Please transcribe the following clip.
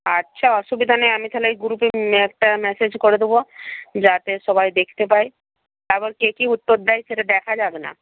আচ্ছা অসুবিধা নেই আমি তাহলে ওই গ্রুপে একটা মেসেজ করে দেবো যাতে সবাই দেখতে পায় তারপর কে কী উত্তর দেয় সেটা দেখা যাক না